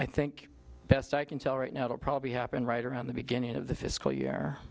i think best i can tell right now it'll probably happen right around the beginning of the fiscal